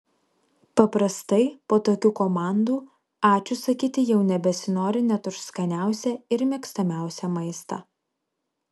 paprastai po tokių komandų ačiū sakyti jau nebesinori net už skaniausią ir mėgstamiausią maistą